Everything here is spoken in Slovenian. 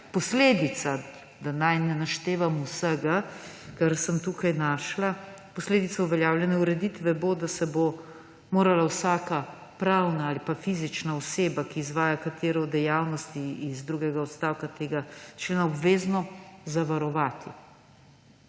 podobno. Da ne naštevam vsega, kar sem tukaj našla, posledica uveljavljene ureditve bo, da se bo morala vsaka pravna ali fizična oseba, ki izvaja katero od dejavnosti iz drugega odstavka tega člena, obvezno zavarovati.